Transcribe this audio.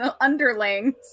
underlings